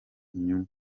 inyungu